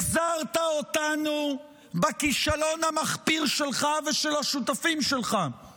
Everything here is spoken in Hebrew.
אלה הלקחים שלמדתם מ-7